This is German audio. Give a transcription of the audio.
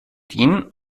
dienen